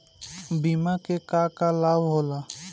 बिमा के का का लाभ होला?